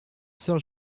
sœur